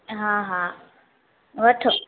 हा हा वठो